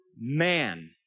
man